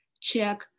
check